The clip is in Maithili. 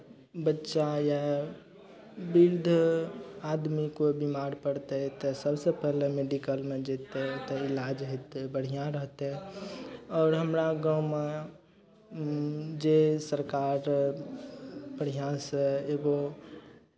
बच्चा या वृद्ध आदमी कोइ बिमार पड़तै तऽ सभसँ पहिले मेडिकलमे जेतै तऽ इलाज हेतै बढ़िआँ रहतै आओर हमरा गाँवमे जे सरकारके प्रयाससँ एगो